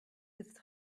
with